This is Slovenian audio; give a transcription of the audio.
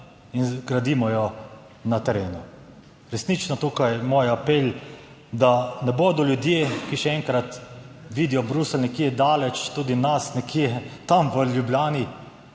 in gradimo jo na terenu. Resnično je tukaj moj apel, da ne bo, da ljudje, ki, še enkrat, vidijo Bruselj nekje daleč, tudi nas nekje tam v Ljubljani,